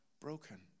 broken